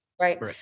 Right